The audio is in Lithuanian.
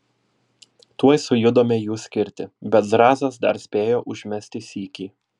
tuoj sujudome jų skirti bet zrazas dar spėjo užmesti sykį